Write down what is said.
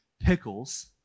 pickles